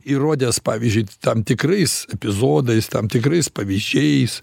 įrodęs pavyzdžiui tam tikrais epizodais tam tikrais pavyzdžiais